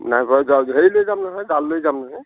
নাই তই যাৱ যদি হেৰি লৈ যাম নহয় জাল লৈ যাম নহয়